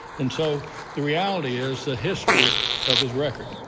and so the reality is, the history of his record.